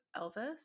Elvis